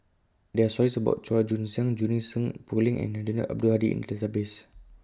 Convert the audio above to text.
There Are stories about Chua Joon Siang Junie Sng Poh Leng and Eddino Abdul Hadi in The Database